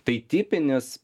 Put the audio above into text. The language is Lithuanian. tai tipinis